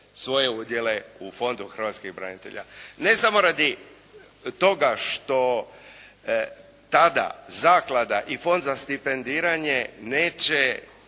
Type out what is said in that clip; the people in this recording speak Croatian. svoje udjele u Fondu hrvatskih branitelja, ne samo radi toga što tada zaklada i Fond za stipendiranje neće